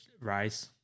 rice